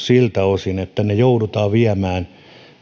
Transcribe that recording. siltä osin että ne joudutaan viemään